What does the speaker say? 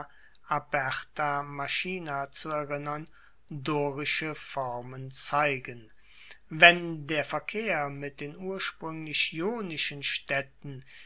machina zu erinnern dorische formen zeigen wenn der verkehr mit den urspruenglich ionischen staedten